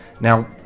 Now